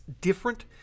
different